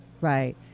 Right